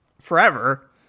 Forever